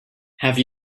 have